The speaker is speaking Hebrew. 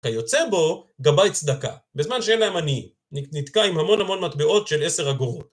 כיוצא בו גבי צדקה, בזמן שאין להם אני נתקע עם המון המון מטבעות של עשר אגורות.